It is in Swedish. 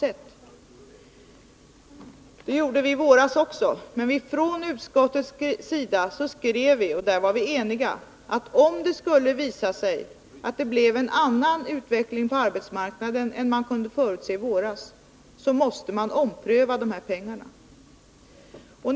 Så gjorde vi också i våras. Men utskottet skrev då — och på den punkten var vi eniga — att om det skulle visa sig att det blev en annan utveckling på arbetsmarknaden än man kunde förutse, så måste man ompröva frågan om de här medlen.